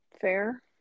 fair